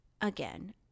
again